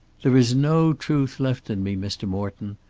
there is no truth left in me, mr. morton.